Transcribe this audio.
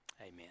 amen